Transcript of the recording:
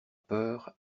peur